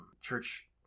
church